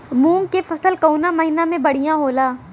मुँग के फसल कउना महिना में बढ़ियां होला?